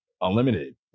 unlimited